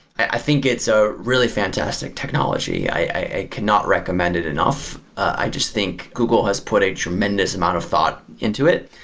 i think it's a really fantastic technology. i i cannot recommend it enough. i just think google has put a tremendous amount of thought into it.